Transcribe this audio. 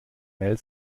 mel